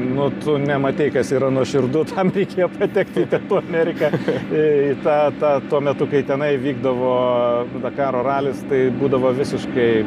nu tu nematei kas yra nuoširdu tam reikėjo patekti į pietų ameriką į tą tą tuo metu kai tenai vykdavo dakaro ralis tai būdavo visiškai